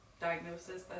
diagnosis